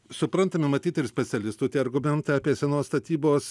suprantami matyt ir specialistų tie argumentai apie senos statybos